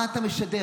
מה אתה משדר?